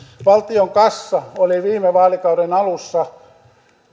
valtion kassa oli viime vaalikauden alussa